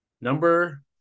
Number